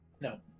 No